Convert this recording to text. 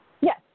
Yes